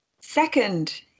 Second